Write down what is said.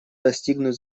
достигнут